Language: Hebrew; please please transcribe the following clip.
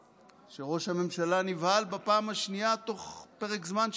שראש הממשלה נבהל בפעם השנייה תוך פרק זמן של עשרה ימים.